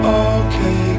okay